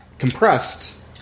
compressed